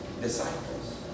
disciples